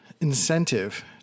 incentive